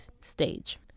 stage